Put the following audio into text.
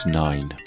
nine